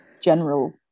general